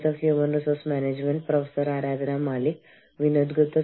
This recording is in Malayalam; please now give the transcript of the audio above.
ഹ്യൂമൻ റിസോഴ്സ് മാനേജ്മെന്റ് ക്ലാസിലേക്ക് വീണ്ടും സ്വാഗതം